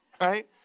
right